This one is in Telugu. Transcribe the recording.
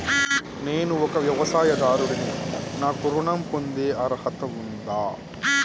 నేను ఒక వ్యవసాయదారుడిని నాకు ఋణం పొందే అర్హత ఉందా?